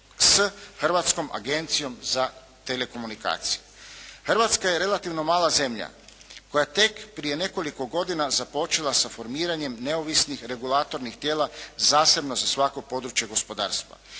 s Hrvatskom agencijom za telekomunikacije. Hrvatska je relativno mala zemlja koja je tek prije nekoliko godina započela sa formiranjem neovisnih regulatornih tijela zasebno za svako područje gospodarstva.